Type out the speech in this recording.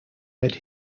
read